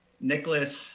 Nicholas